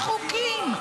יש חוקים.